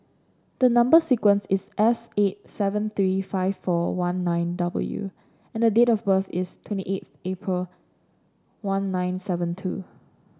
the number sequence is S eight seven three five four one nine W and the date of birth is twenty eighth April one nine seven two